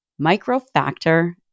Microfactor